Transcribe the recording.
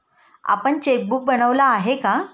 आपण चेकबुक बनवलं आहे का?